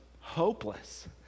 hopeless